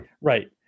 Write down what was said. right